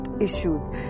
issues